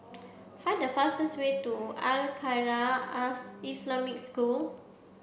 find the fastest way to Al Khairiah Islamic School